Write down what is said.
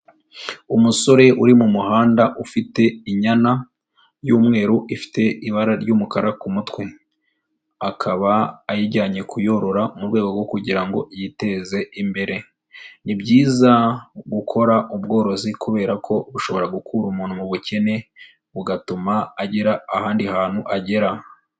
Umusore uri mu muhanda ufite inyana y'umweru, ifite ibara ry'umukara ku mutwe. Akaba ayijyanye kuyorora mu rwego rwo kugira ngo yiteze imbere. Ni byiza gukora ubworozi kubera ko bushobora gukura umuntu mu bukene, bugatuma agira ahandi hantu agera.